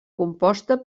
composta